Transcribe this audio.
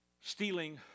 Stealing